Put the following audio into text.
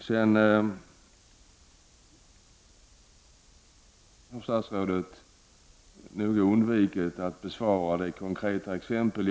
Vidare har statsrådet nogsamt undvikit att bemöta mitt konkreta exempel.